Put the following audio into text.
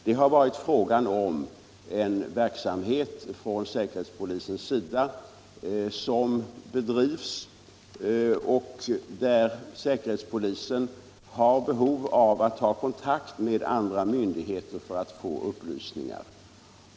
Det har varit fråga om en verksamhet som bedrivs från säkerhetspolisens sida och där säkerhetspolisen har behov av kontakt med andra myndigheter för att få upplysningar.